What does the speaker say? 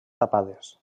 tapades